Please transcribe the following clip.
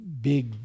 big